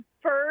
first